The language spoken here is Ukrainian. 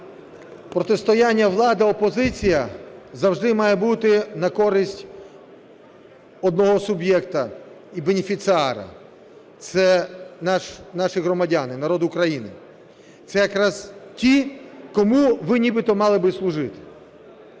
Протистояння влада - опозиція завжди має бути на користь одного суб'єкта і бенефіціара, це наші громадяни, народ України. Це якраз ті, кому ви нібито мали б і служити.